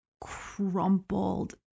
crumpled